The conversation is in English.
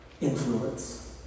influence